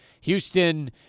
Houston